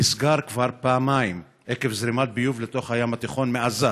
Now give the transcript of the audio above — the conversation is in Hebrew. נסגר כבר פעמיים עקב זרימת ביוב לתוך הים התיכון מעזה.